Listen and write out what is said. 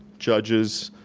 judges,